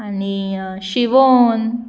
आनी शिवन